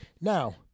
Now